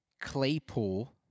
Claypool